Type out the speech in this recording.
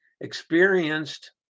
experienced